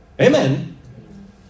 amen